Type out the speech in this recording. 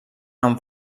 amb